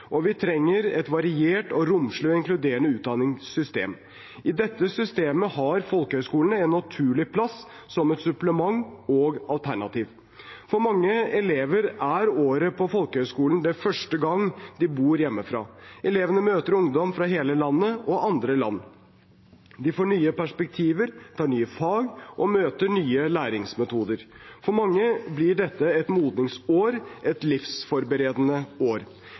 og vi trenger et variert, romslig og inkluderende utdanningssystem. I dette systemet har folkehøyskolene en naturlig plass som et supplement og alternativ. For mange elever er året på folkehøyskolen den første gangen de bor hjemmefra. Elevene møter ungdom fra hele landet – og andre land. De får nye perspektiver, tar nye fag og møter nye læringsmetoder. For mange blir dette et modningsår, et livsforberedende år.